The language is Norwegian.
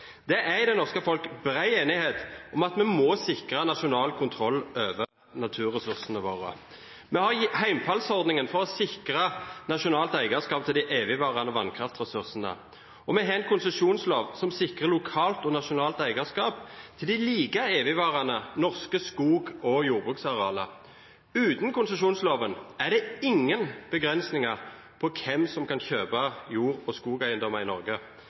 Det er i det norske folk bred enighet om at vi må sikre nasjonal kontroll over naturressursene våre. Vi har hjemfallsordningen for å sikre nasjonalt eierskap til de evigvarende vannkraftressursene. Vi har en konsesjonslov som sikrer lokalt og nasjonalt eierskap til de like evigvarende norske skog- og jordbruksarealene. Uten konsesjonsloven er det ingen begrensninger på hvem som kan kjøpe jord- og skogeiendommer i Norge.